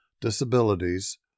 disabilities